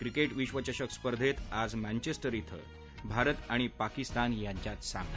क्रिकट्टाविश्वचषक स्पर्धेत आज मँचस्तिर इथं भारत आणि पाकिस्तान यांच्यात सामना